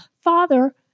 Father